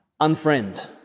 Unfriend